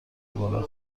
گلم